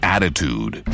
Attitude